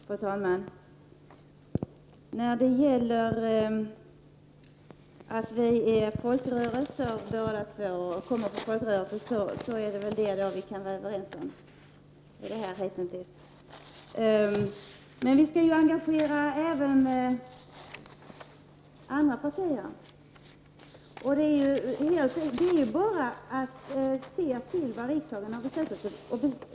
Fru talman! Både Kent Carlsson och jag är folkrörelsemänniskor. Men det är nog det enda som vi så här långt kan vara överens om. Även andra partier måste dock engageras i det här avseendet. Det är bara att gå efter riksdagens beslut.